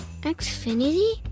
Xfinity